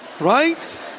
Right